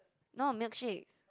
no milkshake